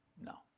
no